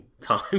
time